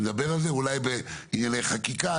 נדבר על זה אולי בענייני חקיקה.